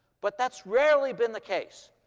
but that's rarely been the case.